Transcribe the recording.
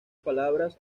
palabras